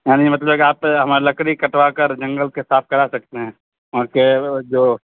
یعنی مطلب کہ آپ ہماری لکڑی کٹوا کر جنگل کے صاف کرا سکتے ہیں وہاں کے جو